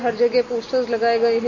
हर जगह पोस्टर्स लगाये गये है